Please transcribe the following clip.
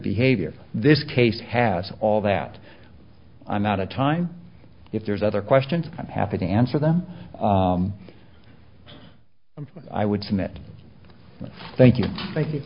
behavior this case has all that i'm not a time if there's other questions i'm happy to answer them and i would submit thank you thank